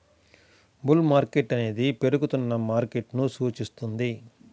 bull market అనేది పెరుగుతున్న మార్కెట్ను సూచిస్తుంది